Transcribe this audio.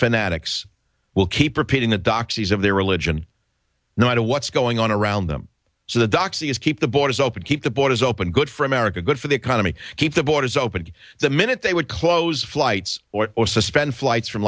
fanatics will keep repeating the doxies of their religion no matter what's going on around them so the doxy is keep the borders open keep the borders open good for america good for the economy keep the borders open the minute they would close flights or or suspend flights from